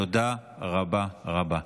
תודה רבה רבה.